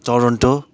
Toronto